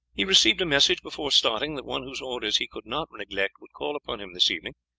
he received a message before starting that one whose orders he could not neglect would call upon him this evening,